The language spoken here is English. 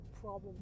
problem